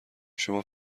شما